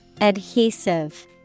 Adhesive